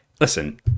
listen